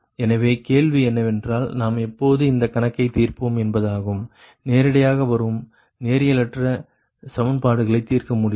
எனவே கேள்வி என்னவென்றால் நாம் எப்போது இந்த கணக்கை தீர்ப்போம் என்பதாகும் நேரடியாக வரும் நேரியலற்ற சமன்பாடுகளை தீர்க்க முடியாது